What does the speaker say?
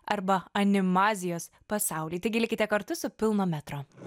arba animazijos pasaulį taigi likite kartu su pilno metro